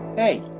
Hey